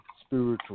spiritual